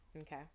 okay